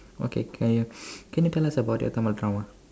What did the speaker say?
okay can you can you tell us about your tamil drama